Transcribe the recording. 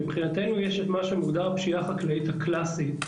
מבחינתנו יש את מה שמוגדר הפשיעה החקלאית הקלאסית,